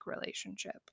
relationship